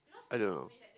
I don't know